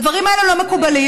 הדברים האלה לא מקובלים.